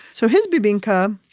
so his bebinca.